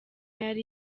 yari